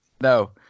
No